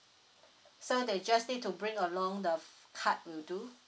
so they just need to bring along the card will do